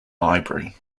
library